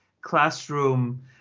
classroom